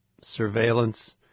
surveillance